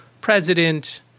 president